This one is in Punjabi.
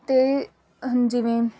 ਅਤੇ ਜਿਵੇਂ